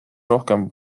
rohkem